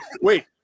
wait